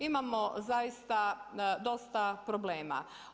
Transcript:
Imamo zaista dosta problema.